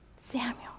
samuel